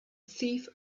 thief